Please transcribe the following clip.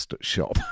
shop